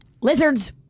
Lizards